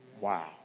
Wow